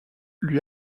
lui